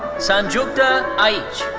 sanjukta aich.